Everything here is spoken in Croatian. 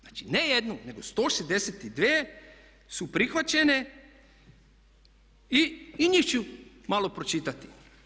Znači ne jednu, nego 162 su prihvaćene i njih ću malo pročitati.